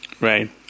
Right